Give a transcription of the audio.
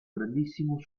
grandissimo